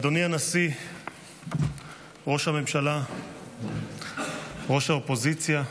אדוני הנשיא, ראש הממשלה, ראש האופוזיציה,